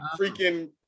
freaking